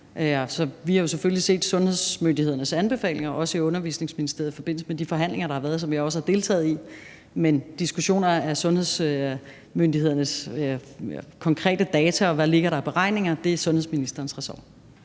Vi har jo selvfølgelig også set sundhedsmyndighedernes anbefalinger i Undervisningsministeriet i forbindelse med de forhandlinger, der har været, og som jeg også har deltaget i. Men diskussioner af sundhedsmyndighedernes konkrete data, og hvad der ligger af beregninger, er sundhedsministerens ressort.